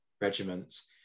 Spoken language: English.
regiments